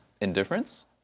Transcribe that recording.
indifference